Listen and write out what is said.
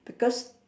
because